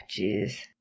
jeez